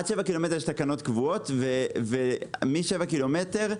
מ-7 ק"מ,